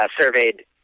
surveyed